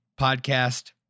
podcast